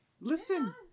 listen